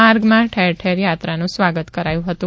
માર્ગમાં ઠેર ઠેર યાત્રાનું સ્વાગત કરાયું હતું